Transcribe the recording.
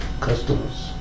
Customers